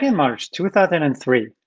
march two thousand and three,